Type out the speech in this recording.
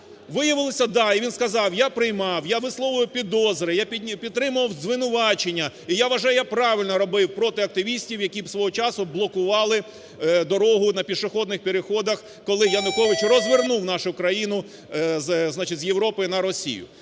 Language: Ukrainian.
Виявилося, да, і він сказав, "я приймав, я висловлював підозри, я підтримував звинувачення і я вважаю, я правильно робив проти активістів, які свого часу блокували дорогу на пішохідних переходах", коли Янукович розвернув нашу країну з Європи на Росію.